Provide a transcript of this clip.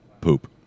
Poop